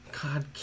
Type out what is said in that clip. God